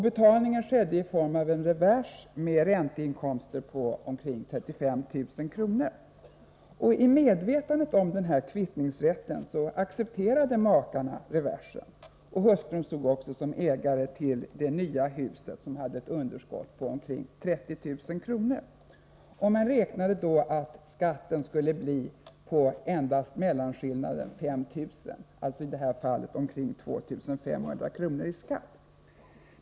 Betalningen skedde i form av en revers med ränteinkomster på omkring 35 000 kr. I medvetande om kvittningsrätten accepterade makarna reversen. Hustrun stod också som ägare till det nya huset, som hade ett underskott på omkring 30 000 kr. Man räknade då med att skatten skulle utgå på endast mellanskillnaden, 5 000 kr., dvs. att skatten skulle bli omkring 2 500 kr.